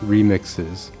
Remixes